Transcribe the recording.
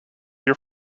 your